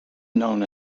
known